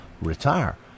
retire